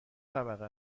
طبقه